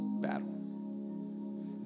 battle